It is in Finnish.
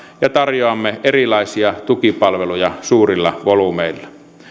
ja tarjoamme erilaisia tukipalveluja suurilla volyymeilla